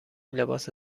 لباس